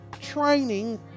training